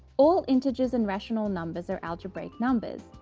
all integers and rational numbers are algebraic numbers,